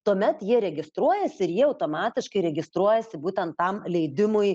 tuomet jie registruojasi ir jie automatiškai registruojasi būtent tam leidimui